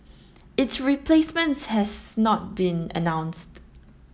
its replacement has not been announced